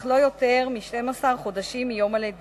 אך לא יותר מ-12 חודשים מיום הלידה.